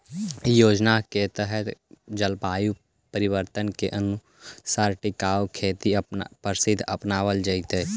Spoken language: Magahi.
इ योजना के तहत जलवायु परिवर्तन के अनुसार टिकाऊ खेत के पद्धति अपनावल जैतई